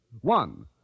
One